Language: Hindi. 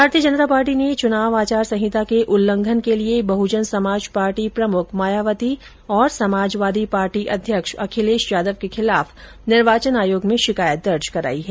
भारतीय जनता पार्टी ने चुनाव आचार संहिता के उल्लंघन के लिए बहुजन समाज पार्टी प्रमुख मायावती और समाजवादी पार्टी अध्यक्ष अखिलेश यादव के खिलाफ निर्वाचन आयोग में शिकायत दर्ज कराई है